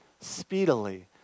speedily